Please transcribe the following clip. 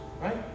Right